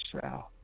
south